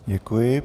Děkuji.